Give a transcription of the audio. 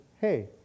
hey